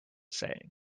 saying